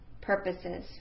purposes